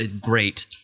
great